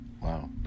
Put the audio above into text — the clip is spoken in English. Wow